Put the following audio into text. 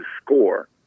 score